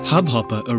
Hubhopper